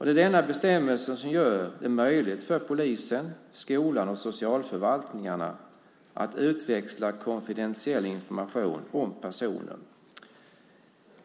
Det är denna bestämmelse som gör det möjligt för polisen, skolan och socialförvaltningarna att utväxla konfidentiell information om personen.